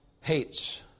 hates